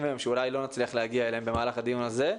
היום שאולי לא נצליח להגיע אליהם במהלך הדיון הזה.